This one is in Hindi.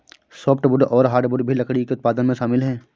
सोफ़्टवुड और हार्डवुड भी लकड़ी के उत्पादन में शामिल है